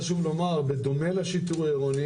חשוב לומר: בדומה לשיטור העירוני,